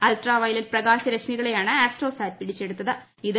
ultraviolet പ്രകാശരശ്മികളെയാണ് AstroSat പിടിച്ചെടുത്തത്